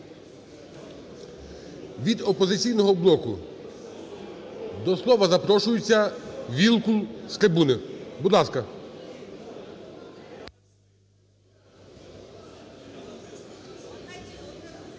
Від "Опозиційного блоку" до слова запрошується Вілкул з трибуни. Будь ласка.